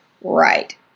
Right